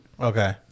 Okay